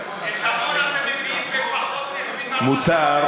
את עמונה אתם מביאים בפחות מ-24 שעות,